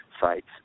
sites